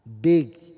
big